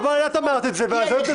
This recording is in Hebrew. אתם רוצים לנהל את הדיון ושאני אצא החוצה?